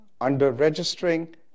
under-registering